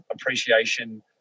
appreciation